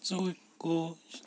so go